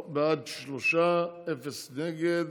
בעד, שלושה, אין מתנגדים.